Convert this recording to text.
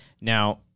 Now